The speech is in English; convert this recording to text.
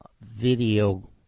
video